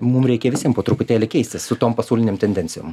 mum reikia visiem po truputėlį keistis su tom pasaulinėm tendencijom